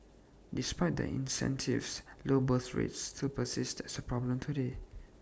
despite the incentives low birth rates still persist as A problem today